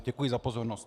Děkuji za pozornost.